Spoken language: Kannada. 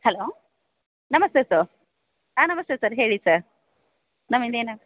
ಹಲೋ ನಮಸ್ತೆ ಸರ್ ಹಾಂ ನಮಸ್ತೆ ಸರ್ ಹೇಳಿ ಸರ್ ನಮ್ಮಿಂದ ಏನಾಗ